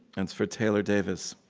and it's for taylor davis.